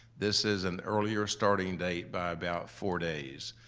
this is an earlier starting date by about four days.